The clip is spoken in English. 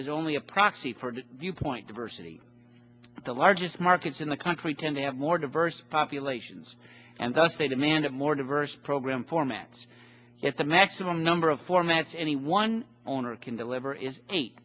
is only a proxy for you point diversity the largest markets in the country tend to have more diverse populations and thus they demand a more diverse program formats if the maximum number of formats any one owner can deliver is eight